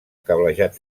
cablejat